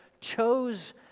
chose